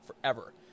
forever